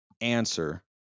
answer